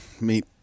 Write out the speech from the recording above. meet